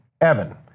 Evan